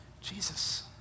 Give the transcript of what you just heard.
Jesus